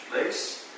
place